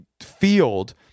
field